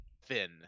Finn